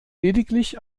lediglich